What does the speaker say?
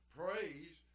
praise